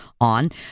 on